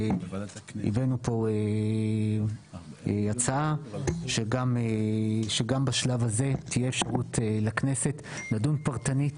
הבאנו פה הצעה שגם בשלב הזה תהיה אפשרות לכנסת לדון פרטנית